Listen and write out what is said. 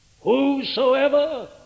whosoever